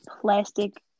plastic